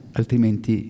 altrimenti